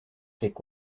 sick